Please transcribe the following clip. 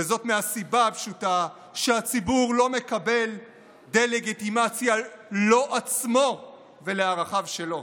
וזאת מהסיבה הפשוטה שהציבור לא מקבל דה-לגיטימציה לו עצמו ולערכיו שלו.